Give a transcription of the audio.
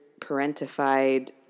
parentified